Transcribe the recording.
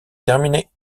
terminée